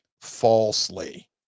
falsely